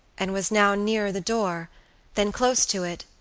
and was now nearer the door then, close to it,